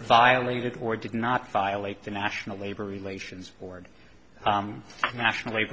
violated or did not violate the national labor relations board national labor